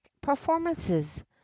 performances